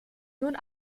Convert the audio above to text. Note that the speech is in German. nun